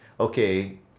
Okay